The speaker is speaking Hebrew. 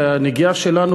בנגיעה שלנו,